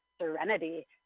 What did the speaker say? serenity